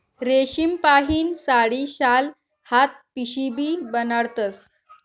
रेशीमपाहीन साडी, शाल, हात पिशीबी बनाडतस